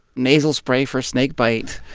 nasal spray for snakebite